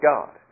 God